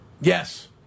Yes